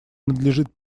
надлежит